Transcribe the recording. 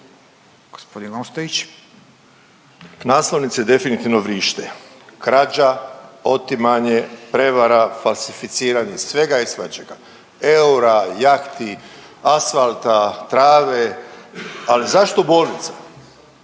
(Nezavisni)** Naslovnice definitivno vrište, krađa, otimanje, prevara, falsificiranje svega i svačega, eura, jahti, asfalta, trave, ali zašto bolnice,